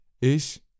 Ich